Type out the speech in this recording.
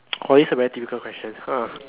oh this is a very difficult question !huh!